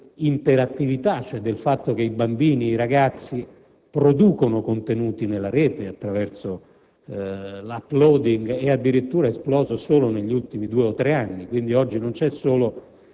interattività, cioè la circostanza che i bambini, i ragazzi producono contenuti nella rete, attraverso l'*uploading*, è addirittura esploso solo negli ultimi due o tre anni. Quindi, oggi non c'è solo